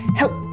help